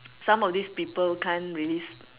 some of these people can't release